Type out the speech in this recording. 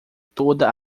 toda